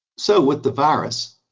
so with the virus,